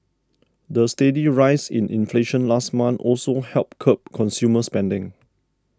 the steady rise in inflation last month also helped curb consumer spending